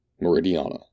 Meridiana